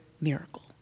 miracle